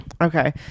Okay